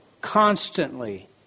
constantly